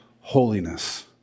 holiness